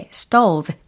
stalls